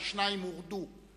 כי שניים הורדו,